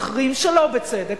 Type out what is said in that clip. המחרים שלא בצדק,